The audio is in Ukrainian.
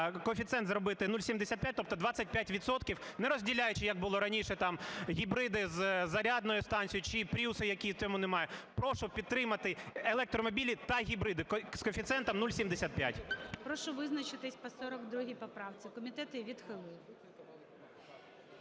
коефіцієнт зробити 0,75, тобто 25 відсотків, не розділяючи, як було раніше, там, гібриди з зарядною станцією чи пріуси, які цього немає… Прошу підтримати електромобілі та гібриди з коефіцієнтом 0,75. ГОЛОВУЮЧИЙ. Прошу визначитись по 42 поправці, комітет її відхилив.